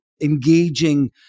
engaging